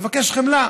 לבקש חמלה.